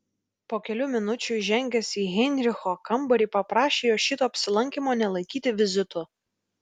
po kelių minučių įžengęs į heinricho kambarį paprašė jo šito apsilankymo nelaikyti vizitu